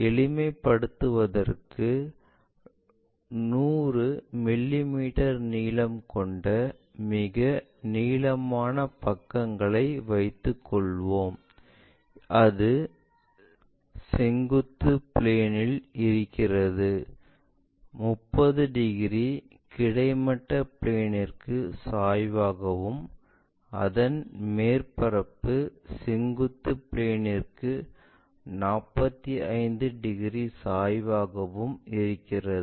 எளிமைப்படுத்துவதற்கு 100 மிமீ நீளம் கொண்ட மிக நீளமான பக்கத்தை வைத்துக் கொள்வோம் அது செங்குத்து பிளேன் இல் இருக்கிறது 30 டிகிரி கிடைமட்ட பிளேன்ற்கு சாய்வாகவும் அதன் மேற்பரப்பு செங்குத்து பிளேன்ற்கு 45 டிகிரி சாய்வாகவும் இருக்கிறது